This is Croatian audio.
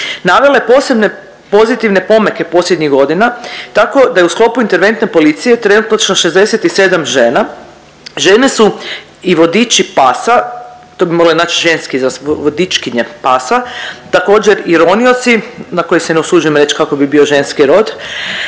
Navela je posebne pozitivne pomake posljednjih godina tako da je u sklopu interventne policije trenutačno 67 žena. Žene su i vodiči pasa, to bi mogla znači ženski vodičkinje pasa, također i ronioci na koje se ne usuđujem reći kako bi bio ženski rod.